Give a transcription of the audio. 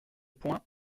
point